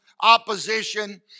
opposition